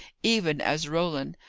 even as roland,